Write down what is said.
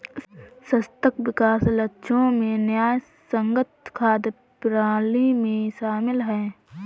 सतत विकास लक्ष्यों में न्यायसंगत खाद्य प्रणाली भी शामिल है